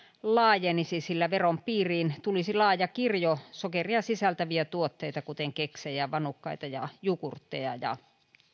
laajenisi sillä veron piiriin tulisi laaja kirjo sokeria sisältäviä tuotteita kuten keksejä vanukkaita ja jugurtteja